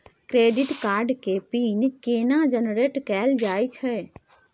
Credit card के PIN केना generate कैल जाए छै?